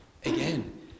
Again